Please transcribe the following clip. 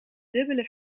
dubbele